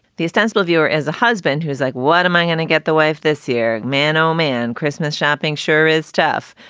the ostensible viewer as a husband who is like, what am i gonna get the wife this year? man, oh, man. christmas shopping sure is tough.